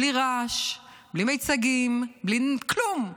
בלי רעש, בלי מיצגים, בלי כלום.